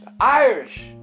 Irish